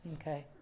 okay